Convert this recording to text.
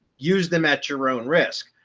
use them at your own risk.